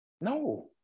No